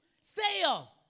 Sale